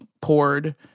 poured